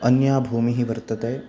अन्या भूमिः वर्तते